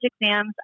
exams